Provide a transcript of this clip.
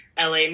LA